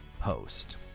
Post